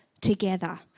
together